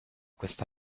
questa